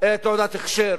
תעודת הכשר.